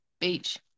beach